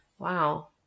Wow